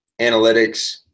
analytics